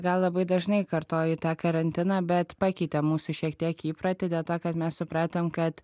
gal labai dažnai kartoju tą karantiną bet pakeitė mūsų šiek tiek įprotį dėl to kad mes supratom kad